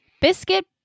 biscuit